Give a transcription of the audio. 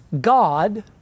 God